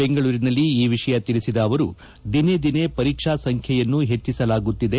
ಬೆಂಗಳೂರಿನಲ್ಲಿ ಈ ವಿಷಯ ತಿಳಿಸಿದ ಅವರು ದಿನೇ ದಿನೇ ಪರೀಕ್ಷಾ ಸಂಖ್ಲೆಯನ್ನು ಹೆಚ್ಚಸಲಾಗುತ್ತಿದೆ